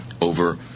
over